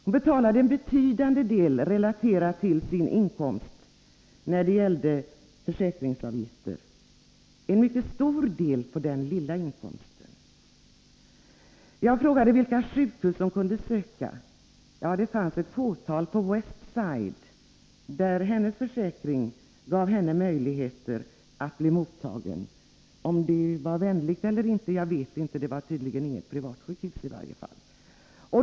Hon betalade en betydande försäkringsavgift, relaterat till sin lilla inkomst. Jag frågade vilket sjukhus hon kunde uppsöka. Det fanns ett fåtal på West Side, där hennes försäkring gav henne möjligheter att bli mottagen. Jag vet inte om personalen var vänlig eller inte, men det var tydligen inga privata sjukhus.